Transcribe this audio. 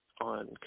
on